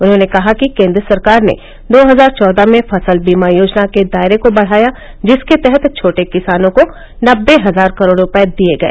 उन्होंने कहा कि केंद्र सरकार ने दो हजार चौदह में फसल बीमा योजना के दायरे को बढ़ाया जिसके तहत छोटे किसानों को नबे हजार करोड़ रुपये दिए गए